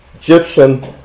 Egyptian